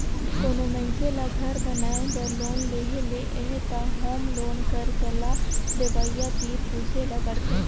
कोनो मइनसे ल घर बनाए बर लोन लेहे ले अहे त होम लोन कर सलाह देवइया तीर पूछे ल परथे